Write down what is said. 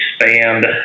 expand